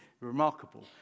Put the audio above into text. remarkable